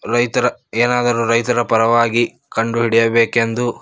ರೈತರ ಏನಾದರೂ ರೈತರ ಪರವಾಗಿ ಕಂಡುಹಿಡಿಯಬೇಕೆಂದು